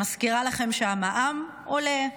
מזכירה לכם שהמע"מ עולה,